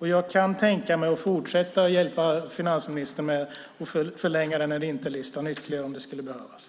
Jag kan tänka mig att fortsätta hjälpa finansministern med att förlänga den här inte-listan ytterligare, om det skulle behövas.